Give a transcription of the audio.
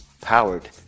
powered